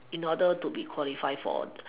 in order to be qualify for